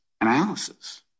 analysis